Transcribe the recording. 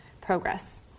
progress